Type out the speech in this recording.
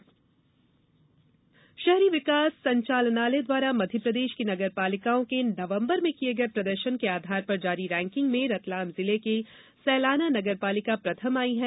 स्वच्छता रैकिंग शहरी विकास संचालनालय द्वारा मध्यप्रदेश की नगरपालिकाओं के माह नवंबर में किये गये प्रदर्शन के आधार पर जारी रैकिंग में रतलाम जिले की सैलाना नगरपालिका प्रथम आई है